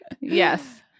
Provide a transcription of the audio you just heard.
yes